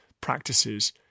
practices